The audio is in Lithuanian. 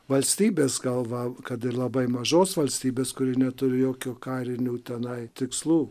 valstybės galva kad ir labai mažos valstybės kuri neturi jokio karinių tenai tikslų